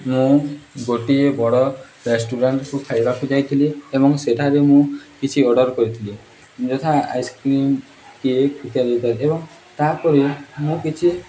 ମୁଁ ଗୋଟିଏ ବଡ଼ ରେଷ୍ଟୁରାଣ୍ଟକୁ ଖାଇବାକୁ ଯାଇଥିଲି ଏବଂ ସେଠାରେ ମୁଁ କିଛି ଅର୍ଡ଼ର୍ କରିଥିଲି ଯଥା ଆଇସ୍ କ୍ରିମ୍ କେକ୍ ଇତ୍ୟାଦି ଇତ୍ୟାଦି ଏବଂ ତାପରେ ମୁଁ କିଛି